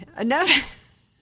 enough